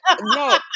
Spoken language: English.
no